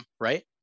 right